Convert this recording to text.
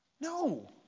No